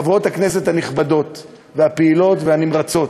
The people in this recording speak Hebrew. חברות הכנסת הנכבדות והפעילות והנמרצות,